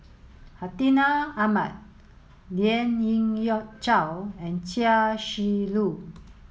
Hartinah Ahmad Lien Ying Chow and Chia Shi Lu